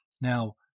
now